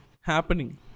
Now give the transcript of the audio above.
happening